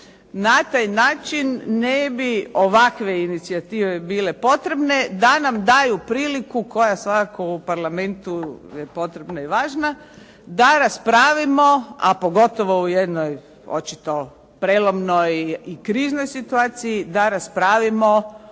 Na taj način ne bi ovakve inicijative bile potrebne da nam daju priliku koja svakako u Parlamentu je potrebna i važna, da raspravimo a pogotovo u jednoj očito prelomnoj i kriznoj situaciji, da raspravimo